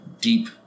deep